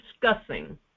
discussing